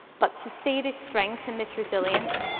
but to see this strength and this resilience